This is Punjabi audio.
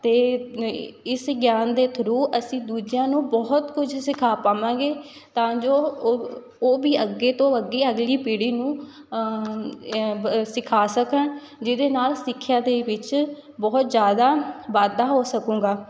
ਅਤੇ ਇਸ ਗਿਆਨ ਦੇ ਥਰੂ ਅਸੀਂ ਦੂਜਿਆਂ ਨੂੰ ਬਹੁਤ ਕੁਝ ਸਿਖਾ ਪਾਵਾਂਗੇ ਤਾਂ ਜੋ ਉਹ ਉਹ ਵੀ ਅੱਗੇ ਤੋਂ ਅੱਗੇ ਅਗਲੀ ਪੀੜੀ ਨੂੰ ਬ ਸਿਖਾ ਸਕਣ ਜਿਹਦੇ ਨਾਲ ਸਿੱਖਿਆ ਦੇ ਵਿੱਚ ਬਹੁਤ ਜ਼ਿਆਦਾ ਵਾਧਾ ਹੋ ਸਕੇਗਾ